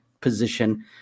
position